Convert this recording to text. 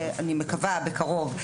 אני מקווה בקרוב,